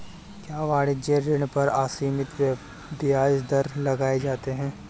क्या वाणिज्यिक ऋण पर असीमित ब्याज दर लगाए जाते हैं?